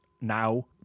now